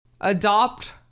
adopt